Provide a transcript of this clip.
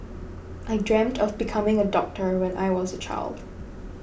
I dreamt of becoming a doctor when I was a child